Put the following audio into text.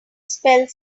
spelled